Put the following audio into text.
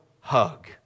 hug